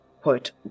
quote